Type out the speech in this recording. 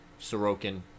Sorokin